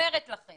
אומרת לכם